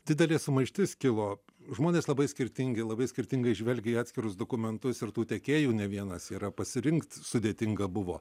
didelė sumaištis kilo žmonės labai skirtingi labai skirtingai žvelgia į atskirus dokumentus ir tų tiekėjų ne vienas yra pasirinkt sudėtinga buvo